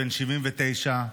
בן 79,